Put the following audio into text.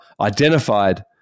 identified